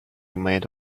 made